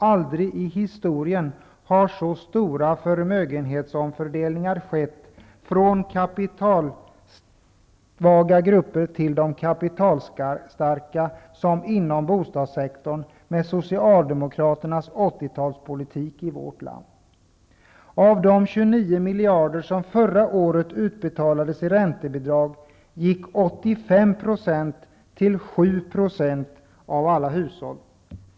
Aldrig i historien har så stora förmögenhetsomfördelningar skett i vårt land från kapitalsvaga grupper till kapitalstarka som inom bostadssektorn med socialdemokraternas 80 talspolitik. Av de 29 miljarder som förra året utbetalades i räntebidrag gick 85 % till 7 % av alla hushåll.